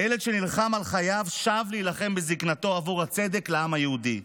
הילד שנלחם על חייו שב להילחם בזקנתו עבור הצדק לעם היהודי.